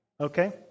Okay